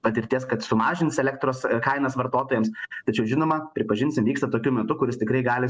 patirties kad sumažins elektros kainas vartotojams tačiau žinoma pripažinsim vyksta tokiu metu kuris tikrai gali